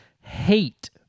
hate